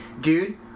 dude